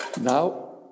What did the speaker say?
Now